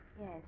Yes